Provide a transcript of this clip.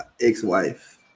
ex-wife